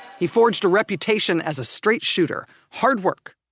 he forged a reputation as a straight shooter hard-work,